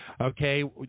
okay